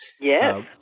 Yes